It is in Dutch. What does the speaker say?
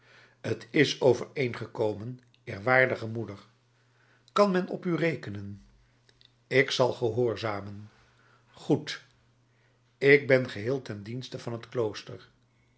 t is overeengekomen eerwaardige moeder kan men op u rekenen ik zal gehoorzamen goed ik ben geheel ten dienste van het klooster